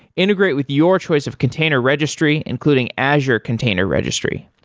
integrate with your choice of container registry, including azure container registry.